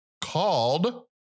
called